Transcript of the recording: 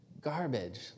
garbage